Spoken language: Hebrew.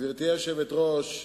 גברתי היושבת-ראש,